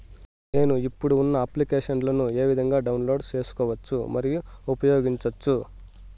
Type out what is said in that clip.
నేను, ఇప్పుడు ఉన్న అప్లికేషన్లు ఏ విధంగా డౌన్లోడ్ సేసుకోవచ్చు మరియు ఉపయోగించొచ్చు?